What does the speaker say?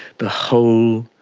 the whole